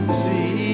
see